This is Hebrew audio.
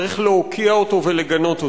צריך להוקיע אותו ולגנות אותו,